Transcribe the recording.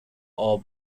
all